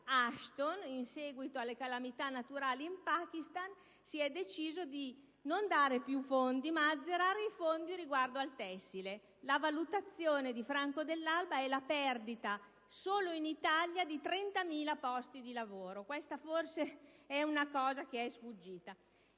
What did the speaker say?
Ashton, in seguito alle calamità naturali in Pakistan, si è deciso di non dare più fondi ma azzerarli riguardo al tessile. La valutazione di Gianfranco Dell'Alba è la perdita, solo in Italia, di 30.000 posti di lavoro. Questa informazione forse è sfuggita!